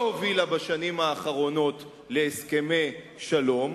לא הובילה בשנים האחרונות להסכמי שלום.